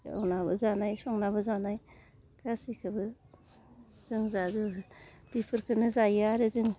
एवनाबो जानाय संनाबो जानाय गासिखौबो जों जाजोबो बिफोरखौनो जायो आरो जों